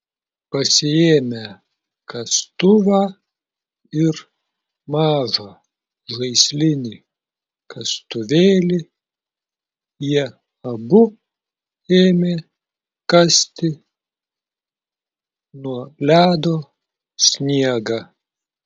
pasiėmę kastuvą ir mažą žaislinį kastuvėlį jie abu ėmė kasti nuo ledo sniegą